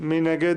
מי נגד?